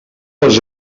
les